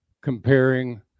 comparing